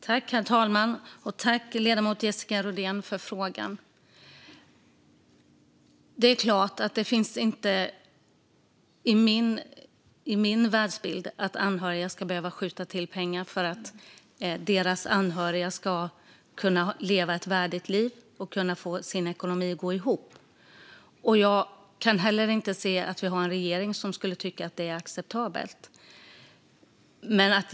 Herr talman! Jag tackar ledamoten Jessica Rodén för frågan. I min värld ska inte anhöriga behöva skjuta till pengar för att en person ska kunna leva ett värdigt liv med en ekonomi som går ihop. Jag kan heller inte se att vi har en regering som skulle tycka att det är acceptabelt.